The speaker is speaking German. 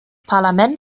parlament